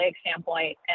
standpoint